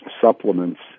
supplements